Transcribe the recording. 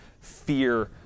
fear